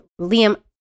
Liam